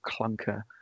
clunker